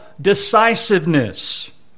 decisiveness